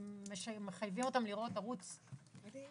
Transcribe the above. מחייבים אותם לראות ערוץ מסוים.